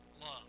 love